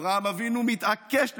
אברהם אבינו מתעקש לשלם,